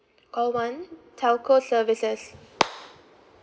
call one telco services